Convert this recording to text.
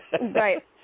Right